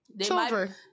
Children